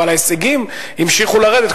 אבל ההישגים המשיכו לרדת.